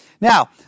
Now